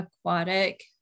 aquatic